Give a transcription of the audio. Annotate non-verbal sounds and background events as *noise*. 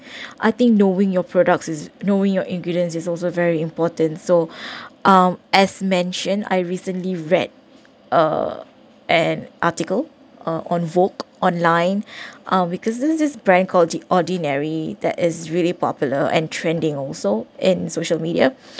*breath* I think knowing your products is knowing your ingredients is also very important so *breath* um as mentioned I recently read uh an article uh on vogue online *breath* uh because this this brand call the ordinary that is really popular and trending also in social media